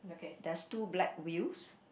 there's two black wheels